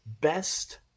best